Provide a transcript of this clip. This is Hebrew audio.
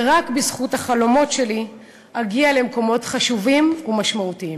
ורק בזכות החלומות שלי אגיע למקומות חשובים ומשמעותיים.